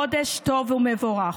חודש טוב ומבורך.